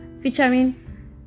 featuring